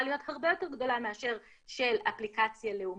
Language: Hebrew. להיות הרבה יותר גדולה מאשר של אפליקציה לאומית.